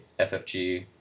FFG